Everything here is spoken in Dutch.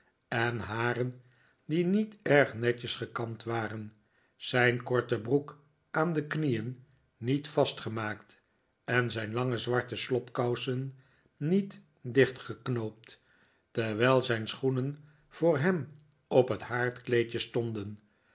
en haren die niet erg netjes gekamd waren zijn korte broek aan de knieen niet vastgemaakt en zijn lange zwarte slobkousen niet dichtgeknoopt terwijl zijn schoenen voor hem op het haardkleedje stonden